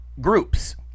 groups